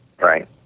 right